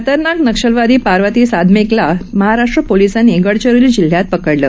खतरनाक नक्षलवादी पार्वती सादमेकला महाराष्ट्र पोलीसांनी गडचिरोली जिल्ह्यात पकडलं